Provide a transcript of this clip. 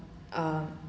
ah